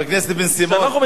חבר הכנסת בן-סימון,